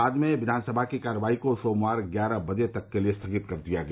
बाद में विधानसभा की कार्यवाही को सोमवार ग्यारह बजे तक के लिए स्थगित कर दिया गया